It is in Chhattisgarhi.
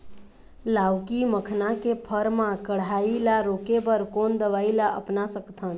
लाउकी मखना के फर मा कढ़ाई ला रोके बर कोन दवई ला अपना सकथन?